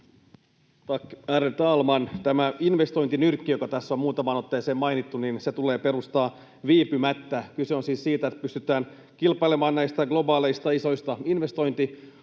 Tämä investointinyrkki, joka tässä on muutamaan otteeseen mainittu, tulee perustaa viipymättä. Kyse on siis siitä, että pystytään kilpailemaan näistä globaaleista isoista investointihankkeista